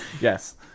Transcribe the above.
Yes